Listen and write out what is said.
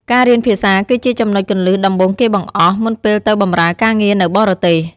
ការរៀនភាសាគឺជាចំណុចគន្លឹះដំបូងគេបង្អស់ មុនពេលទៅបម្រើការងារនៅបរទេស។